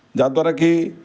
ଯାହାଦ୍ୱାରା କି